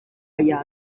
aya